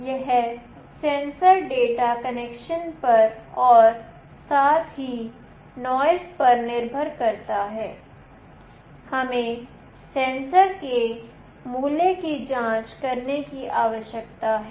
यह sensor data connection पर और साथ ही noise पर निर्भर करता है हमें सेंसर के मूल्य की जांच करने की आवश्यकता है